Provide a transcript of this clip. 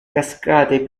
cascate